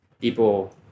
people